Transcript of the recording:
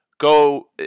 go